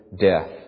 death